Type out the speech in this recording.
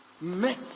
met